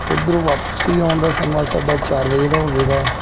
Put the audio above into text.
ਉੱਧਰੋਂ ਵਾਪਸੀ ਆਉਣ ਦਾ ਸਮਾਂ ਸਾਡਾ ਚਾਰ ਵਜੇ ਦਾ ਹੋਵੇਗਾ